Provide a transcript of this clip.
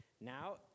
Now